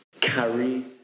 carry